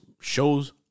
shows